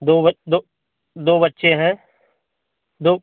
दो ब दो दो बच्चे हैं दो